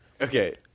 Okay